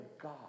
God